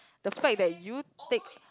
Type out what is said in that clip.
the fact that you take